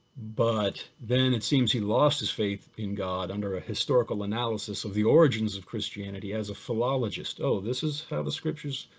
but, then it seems he lost his faith in god under a historical analysis of the origins of christianity as a philologist. oh, this is how the scriptures,